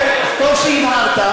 אז טוב שהבהרת,